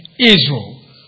Israel